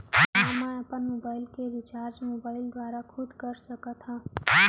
का मैं अपन मोबाइल के रिचार्ज मोबाइल दुवारा खुद कर सकत हव?